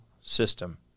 system